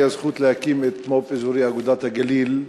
הייתה לי הזכות להקים את המו"פ האזורי "אגודת הגליל",